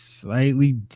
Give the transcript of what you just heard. slightly